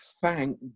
thank